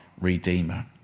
Redeemer